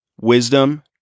wisdom